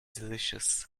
delicious